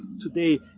today